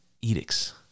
edicts